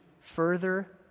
further